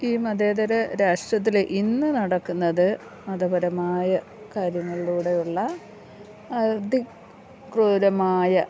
ഈ മതേതര രാഷ്ട്രത്തിൽ ഇന്ന് നടക്കുന്നത് മതപരമായ കാര്യങ്ങളിലൂടെയുള്ള അധിക്രൂരമായ